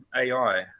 AI